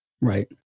Right